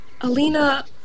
Alina